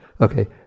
Okay